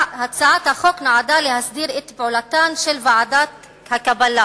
הצעת החוק נועדה להסדיר את פעולתן של ועדות הקבלה,